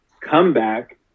comeback